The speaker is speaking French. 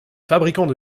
fabricants